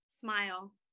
Smile